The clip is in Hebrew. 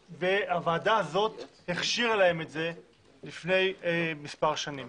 הוועדה הזאת הכשירה להם את זה לפני מספר שנים.